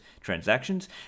transactions